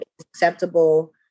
acceptable